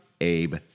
Abe